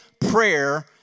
prayer